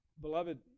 Beloved